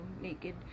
naked